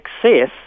success